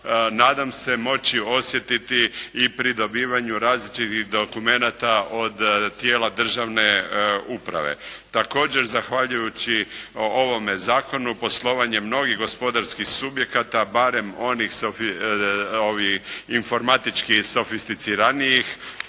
nadam se moći osjetiti i pridobivanju različitih dokumenata od tijela državne uprave. Također, zahvaljujući ovome Zakonu, poslovanjem mnogih gospodarskih subjekata, barem onih informatički sofisticiranijih,